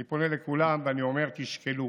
אני פונה לכולם, ואני אומר: תשקלו